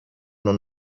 non